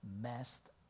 messed